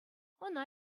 ӑна